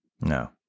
no